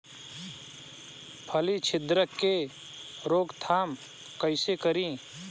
फली छिद्रक के रोकथाम कईसे करी?